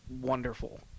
wonderful